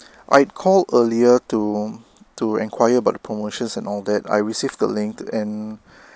I called earlier to to enquire about the promotions and all that I received the link and